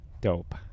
Dope